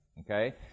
Okay